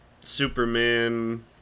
Superman